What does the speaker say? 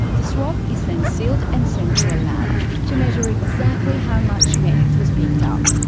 the swab is then sealed and sent to a lab, to measure exactly how much meth was picked up.